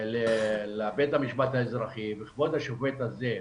לבית המשפט האזרחי, וכבוד השופט הזה,